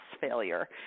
failure